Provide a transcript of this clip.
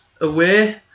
away